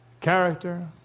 character